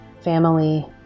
family